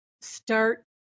start